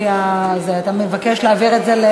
אתה מבקש להעביר את זה,